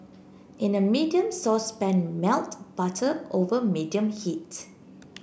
in a medium saucepan melt butter over medium heat